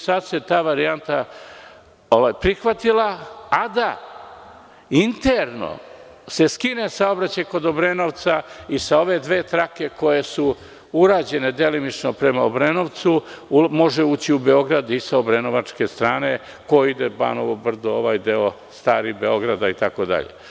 Sada se ta varijanta prihvatila, a da se interno skine saobraćaj kod Obrenovca i sa ove dve trake koje su urađene delimično prema Obrenovcu može se ući u Beograd i sa obrenovačke strane, ko ide prema Banovom Brdu, ovaj deo starog Beograda itd.